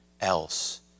else